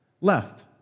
left